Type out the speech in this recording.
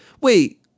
Wait